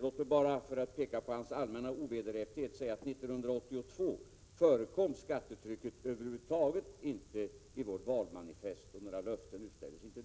Låt mig bara få peka på hans allmänna ovederhäftighet genom att säga att 1982 förekom skattetrycket över huvud taget inte i vårt valmanifest, och några löften utställdes inte.